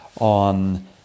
on